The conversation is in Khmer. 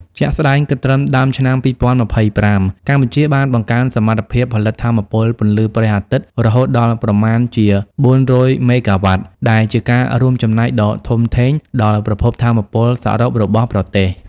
ជាក់ស្តែង គិតត្រឹមដើមឆ្នាំ២០២៥ កម្ពុជាបានបង្កើនសមត្ថភាពផលិតថាមពលពន្លឺព្រះអាទិត្យរហូតដល់ប្រមាណជា ៤០០ មេហ្គាវ៉ាត់ ដែលជាការរួមចំណែកដ៏ធំធេងដល់ប្រភពថាមពលសរុបរបស់ប្រទេស។